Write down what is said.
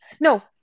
No